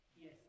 Yes